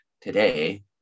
today